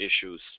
issues